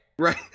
right